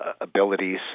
abilities